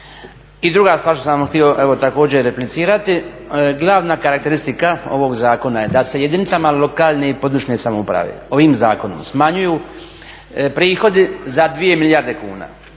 I druga stvar što sam vam htio evo također replicirati glavna karakteristika ovog zakona je da se jedinicama lokalne i područne samouprave ovim zakonom smanjuju prihodi za 2 milijarde kuna.